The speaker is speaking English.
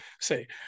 say